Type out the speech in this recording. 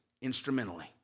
instrumentally